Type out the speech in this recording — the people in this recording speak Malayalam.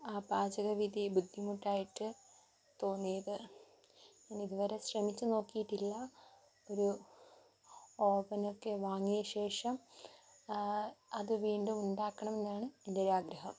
ആ പാചക വിദ്യയെ ബുദ്ധിമുട്ടായിട്ട് തോന്നിയത് ഞാൻ ഇതുവരെ ശ്രമിച്ചു നോക്കിട്ടില്ല ഒരു ഓവൻ ഒക്കെ വാങ്ങിയ ശേഷം അത് വീണ്ടും ഉണ്ടാക്കണം എന്നാണ് എൻ്റെ ഒരു ആഗ്രഹം